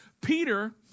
Peter